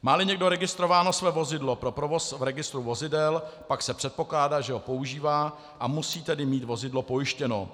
Máli někdo registrováno své vozidlo pro provoz v registru vozidel, pak se předpokládá, že ho používá a musí tedy mít vozidlo pojištěno.